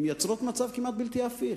הן מייצרות מצב כמעט בלתי הפיך.